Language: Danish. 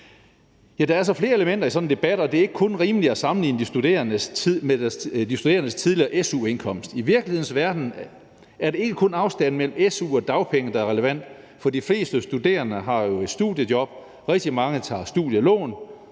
Der er altså flere elementer i sådan en debat, og det er ikke kun rimeligt at sammenligne det med de studerendes tidligere su-indkomst. I virkelighedens verden er det ikke kun afstanden mellem su og dagpenge, der er relevant, for de fleste studerende har jo et studiejob, rigtig mange tager studielån,